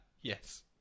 Yes